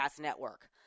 network